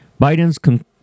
Biden's